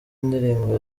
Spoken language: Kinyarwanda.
ndirimbo